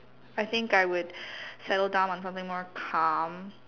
I think I would settle down on something more calm